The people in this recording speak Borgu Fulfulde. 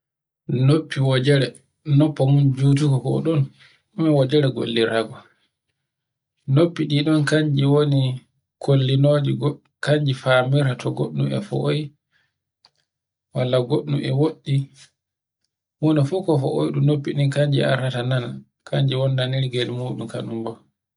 Noffi wojere. Noffo mun jutugo ko ɗon ɗume wojere gollirta go. Noffi ɗi ɗon kanje woni kollinoge kanji famirta to goɗɗum e foyi, walla goɗɗum e woɗɗi. Funofu ko noffi ɗin kanji artata nana. Kanji wonnanirgel muɗum kaɗum bo.